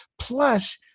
plus